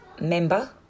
member